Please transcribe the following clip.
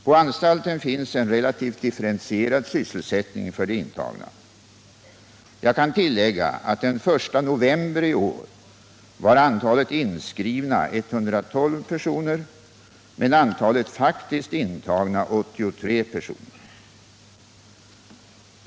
På anstalten finns en relativt differentierad sysselsättning för de intagna. Jag kan tillägga att den 1 november i år var antalet inskrivna 112 personer men antalet faktiskt intagna 83 personer.